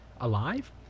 alive